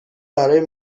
برای